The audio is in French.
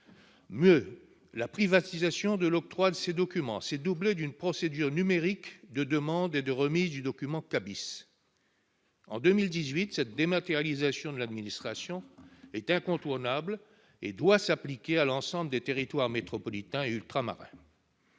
Mieux, la privatisation de l'octroi de ces documents s'est doublée d'une procédure numérique de demande et de remise du document K Bis. En 2018, cette dématérialisation de l'administration est incontournable et doit s'appliquer à l'ensemble des territoires métropolitain et ultramarin.